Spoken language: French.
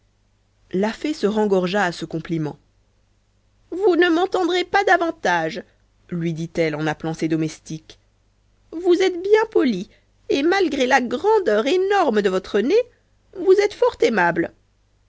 la fée se rengorgea à ce compliment vous n'attendrez pas davantage lui dit-elle en appelant ses domestiques vous êtes bien poli et malgré la grandeur énorme de votre nez vous êtes fort aimable